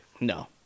No